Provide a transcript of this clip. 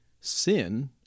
sin